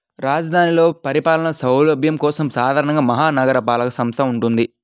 రాజధానిలో పరిపాలనా సౌలభ్యం కోసం సాధారణంగా మహా నగరపాలక సంస్థ వుంటది